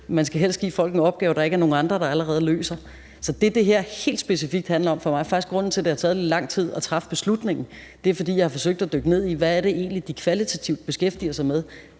Man skal helst give folk en opgave, der ikke er nogen andre der allerede løser. Så det, det her helt specifikt handler om for mig – og det er faktisk grunden til, at det har taget lidt lang tid at træffe beslutningen – er, at jeg har forsøgt at dykke ned i, hvad de egentlig kvalitativt beskæftiger sig med,